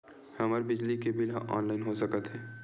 हमर बिजली के बिल ह ऑनलाइन हो सकत हे?